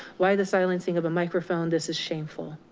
why the silencing of a microphone? this is shameful.